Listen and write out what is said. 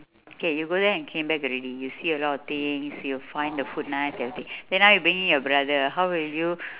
okay you go there and came back already you see a lot of things you find the food nice everything then now you bringing your brother how will you